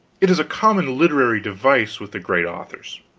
it is a common literary device with the great authors.